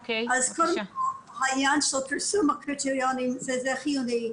קודם כל העניין של פרסום הקריטריונים, זה חיוני.